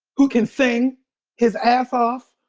who can sing his ass off,